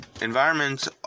environments